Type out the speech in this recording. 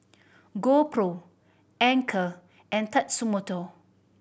GoPro Anchor and Tatsumoto